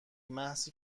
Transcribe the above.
محضی